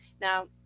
Now